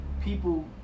people